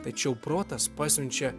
tačiau protas pasiunčia